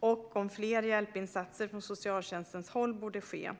och om fler hjälpinsatser från socialtjänstens håll borde ske.